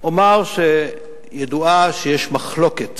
אומר שידוע שיש מחלוקת